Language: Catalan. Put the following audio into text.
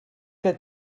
que